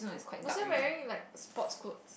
was I wearing like sports clothes